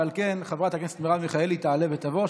ועל כן חברת הכנסת מרב מיכאלי תעלה ותבוא.